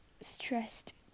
Stressed